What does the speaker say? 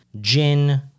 gin